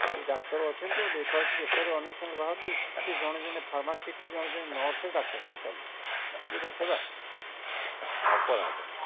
କେଉଁଠି ଡାକ୍ତର ଅଛନ୍ତି ତ ଦେଖା ହେଉଛି ପେପରର ଅନେକ ସମୟରେ ବାହାରୁଛି ଯେ ଜଣେ ଜଣେ ଫାର୍ମାସିଷ୍ଟ ଜଣେ ଜଣେ ନର୍ସରେ ଡାକ୍ତରଖାନା ଚାଲିଛି ଇଏ କ'ଣ ସେବା ଅପରାଧ